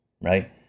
right